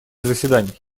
заседаний